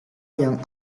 yang